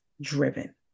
driven